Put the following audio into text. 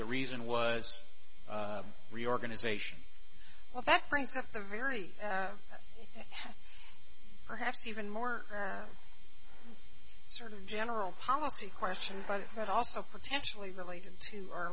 the reason was reorganization well that brings up the very have perhaps even more or sort of a general policy question but what also potentially related to our